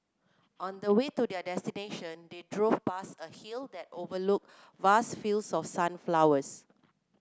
on the way to their destination they drove past a hill that overlooked vast fields of sunflowers